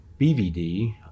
BVD